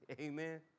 amen